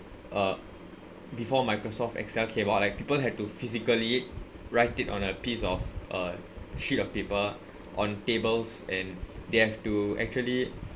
uh before Microsoft excel came out like people had to physically write it on a piece of uh sheet of paper on tables and they have to actually